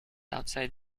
outside